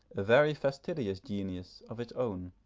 a very fastidious genius, of its own,